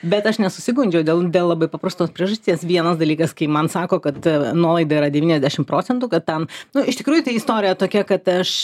bet aš nesusigundžiau dėl labai paprastos priežasties vienas dalykas kai man sako kad nuolaida yra devyniasdešim procentų kad ten nu iš tikrųjų tai istorija tokia kad aš